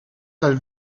dal